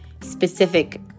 specific